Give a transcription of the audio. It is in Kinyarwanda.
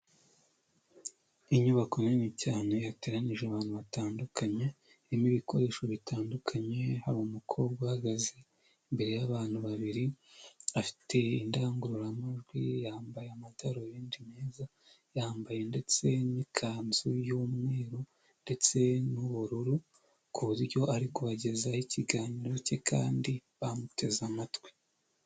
Inyubako nini cyane yateranyije abantu batandukanye, irimo ibikoresho bitandukanye, hari umukobwa uhagaze imbere y'abantu babiri, afite indangururamajwi, yambaye amadarubindi meza, yambaye ndetse n'ikanzu y'umweru ndetse n'ubururu, ku buryo ari kubagezaho ikiganiro cye, kandi bamuteze amatwi.